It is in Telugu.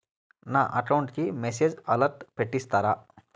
నా అకౌంట్ కి మెసేజ్ అలర్ట్ పెట్టిస్తారా